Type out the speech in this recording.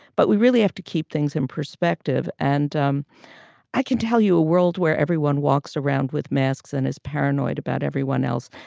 but we really have to keep things in perspective. and um i can tell you a world where everyone walks around with masks and is paranoid about everyone else.